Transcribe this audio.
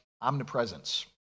omnipresence